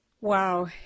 Wow